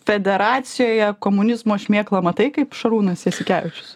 federacijoje komunizmo šmėklą matai kaip šarūnas jasikevičius